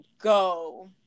go